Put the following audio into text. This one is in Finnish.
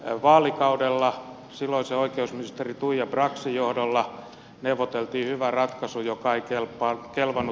viime vaalikaudella silloisen oikeusministerin tuija braxin johdolla neuvoteltiin hyvä ratkaisu joka ei kelvannut sdplle